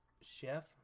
Chef